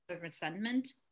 resentment